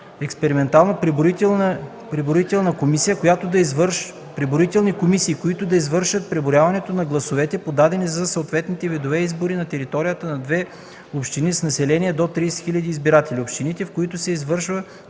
експериментално преброителни комисии, които да извършат преброяването на гласовете, подадени за съответните видове избори на територията на две общини с население до 30 000 избиратели. Общините, в които се извършва